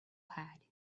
had